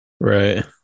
Right